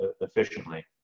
efficiently